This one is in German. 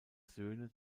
söhne